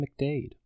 McDade